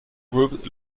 group